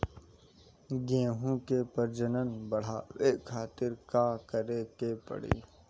गेहूं के प्रजनन बढ़ावे खातिर का करे के पड़ी?